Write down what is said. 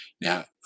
Now